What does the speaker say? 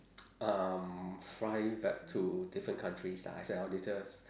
um fly back to different countries lah as an auditors